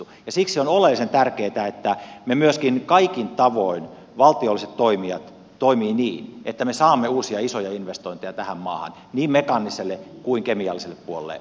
siksi on oleellisen tärkeätä että valtiolliset toimijat kaikin tavoin toimivat niin että me saamme uusia isoja investointeja tähän maahan niin mekaaniselle kuin kemialliselle puolelle metsäteollisuuteen